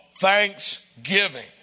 thanksgiving